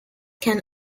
can